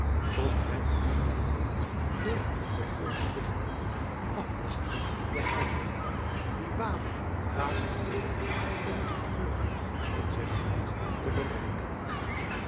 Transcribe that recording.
tot het wiegelend bleef op de golven liggen af wachtend den held die waadde de wateren door om het verheugd in zijn hart te bereiken